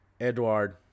Eduard